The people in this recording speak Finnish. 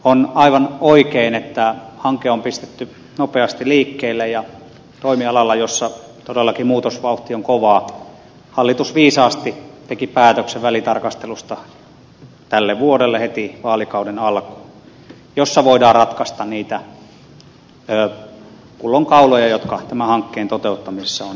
on aivan oikein että hanke on pistetty nopeasti liikkeelle ja toimialalla jossa todellakin muutosvauhti on kovaa hallitus viisaasti teki päätöksen välitarkastelusta tälle vuodelle heti vaalikauden alkuun jolla voidaan ratkaista niitä pullonkauloja jotka tämän hankkeen toteuttamisessa ovat tulleet esille